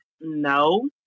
no